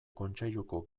kontseiluko